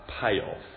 payoff